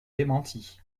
démenti